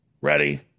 ready